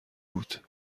بود